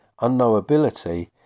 unknowability